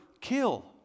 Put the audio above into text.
kill